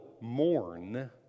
mourn